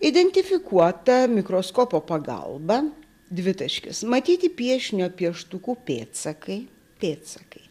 identifikuota mikroskopo pagalba dvitaškis matyti piešinio pieštuku pėdsakai pėdsakai